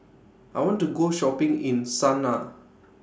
I want to Go Shopping in Sanaa